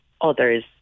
others